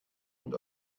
und